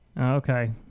Okay